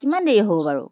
কিমান দেৰি হ'ব বাৰু